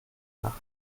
nacht